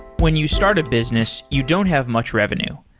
when you start a business, you don't have much revenue.